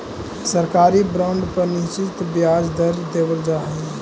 सरकारी बॉन्ड पर निश्चित ब्याज दर देवल जा हइ